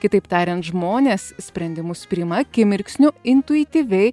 kitaip tariant žmonės sprendimus priima akimirksniu intuityviai